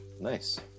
Nice